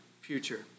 future